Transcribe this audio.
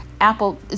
Apple